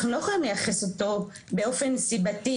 אנחנו לא יכולים לייחס אותו באופן סיבתי,